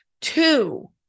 two